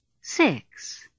Six